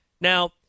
Now